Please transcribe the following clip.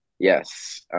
Yes